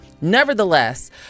Nevertheless